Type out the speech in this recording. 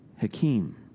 Hakeem